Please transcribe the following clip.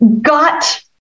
got